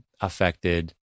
affected